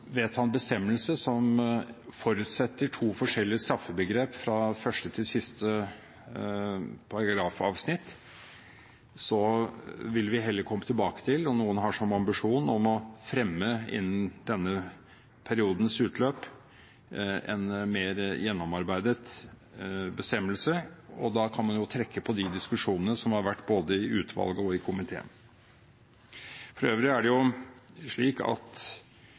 vedta en bestemmelse som forutsetter to forskjellige straffebegrep fra første til siste paragrafavsnitt, vil vi heller komme tilbake til – og noen har som ambisjon å fremme innen denne periodens utløp – en mer gjennomarbeidet bestemmelse, og da kan man jo trekke på de diskusjonene som har vært både i utvalget og i komiteen. For øvrig: Forbudet mot dobbeltstraff er ikke noe som har kommet med menneskerettighetstenkningen. Det